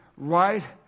Right